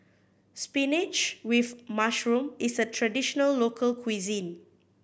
spinach with mushroom is a traditional local cuisine